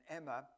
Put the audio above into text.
Emma